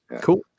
Cool